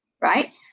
right